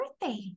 birthday